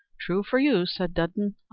true for you, said dudden. ah,